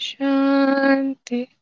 Shanti